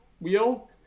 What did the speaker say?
wheel